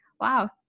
Wow